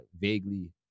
vaguely